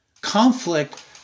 Conflict